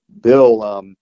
Bill